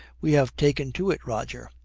we have taken to it, roger.